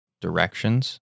directions